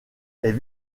est